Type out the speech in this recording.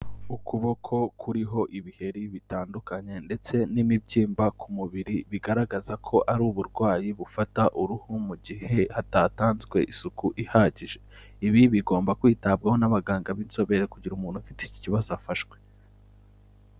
Ukuboko kuriho ibiheri bitandukanye ndetse n'imibyimba ku mubiri bigaragaza ko ari uburwayi bufata uruhu mu gihe hatatanzwe isuku ihagije, ibi bigomba kwitabwaho n'abaganga b'inzobere kugira umuntu ufite iki kibazo afashwe.